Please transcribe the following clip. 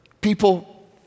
people